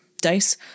Dice